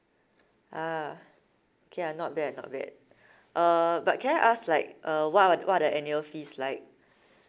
ah okay ah not bad not bad uh but can I ask like uh what are what are the annual fees like